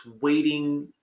waiting